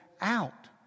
out